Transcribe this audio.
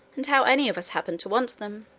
and how any of us happened to want them?